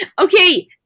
Okay